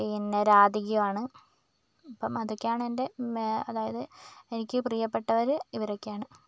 പിന്നെ രാധികയും ആണ് അപ്പം അതൊക്കെയാണ് എൻ്റെ അതായത് എനിക്ക് പ്രിയപ്പെട്ടവർ ഇവരൊക്കെയാണ്